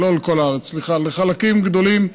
לא לכל הארץ, סליחה, לחלקים גדולים.